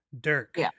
Dirk